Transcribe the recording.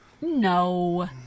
No